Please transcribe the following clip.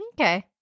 Okay